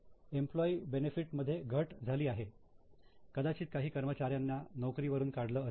employee benefit expense मध्ये घट झाली आहे कदाचित काही कर्मचाऱ्यांना नोकरीवरून काढलं असेल